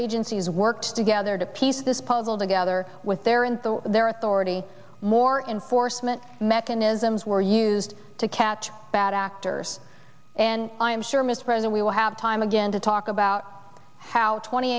agencies worked together to piece this puzzle together with their and their authority more enforcement mechanisms were used to capture bad actors and i'm sure mr president we will have time again to talk about how twenty